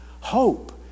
Hope